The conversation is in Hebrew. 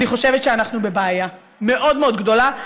אני חושבת שאנחנו בבעיה מאוד מאוד גדולה,